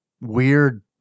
weird